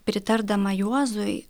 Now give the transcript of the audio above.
pritardama juozui